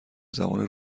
زبان